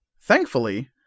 Thankfully